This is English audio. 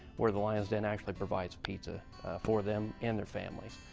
where the lion's den actually provides pizza for them and their families.